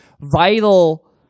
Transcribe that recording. vital